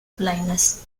blindness